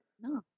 No